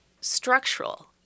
structural